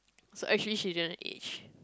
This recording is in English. so actually she didn't age